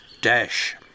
Dash